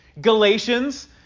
Galatians